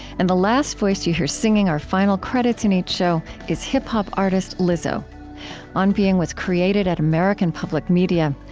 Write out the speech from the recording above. and the last voice you hear singing our final credits in each show is hip-hop artist lizzo on being was created at american public media.